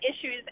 issues